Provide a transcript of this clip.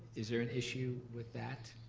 is there an issue with that?